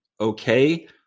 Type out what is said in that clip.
okay